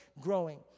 growing